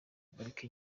pariki